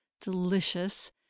delicious